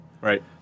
Right